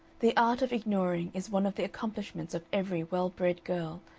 the art of ignoring is one of the accomplishments of every well-bred girl,